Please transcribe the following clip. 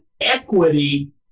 equity